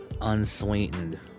Unsweetened